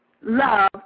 love